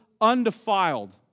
undefiled